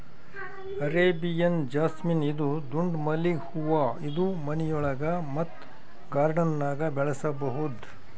Arabian jasmine ಇದು ದುಂಡ್ ಮಲ್ಲಿಗ್ ಹೂವಾ ಇದು ಮನಿಯೊಳಗ ಮತ್ತ್ ಗಾರ್ಡನ್ದಾಗ್ ಬೆಳಸಬಹುದ್